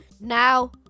Now